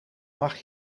mag